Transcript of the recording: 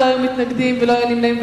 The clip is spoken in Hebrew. לא היו מתנגדים ולא היו נמנעים.